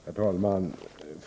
Herr talman!